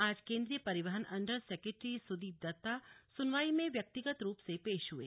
आज केंद्रीय परिवहन अंडर सेकेट्री सुदीप दत्ता सुनवाई में व्यग्तिगत रूप से पेश हुए